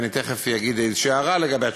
תכף אגיד הערה לעניין